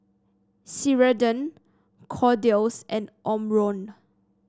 Ceradan Kordel's and Omron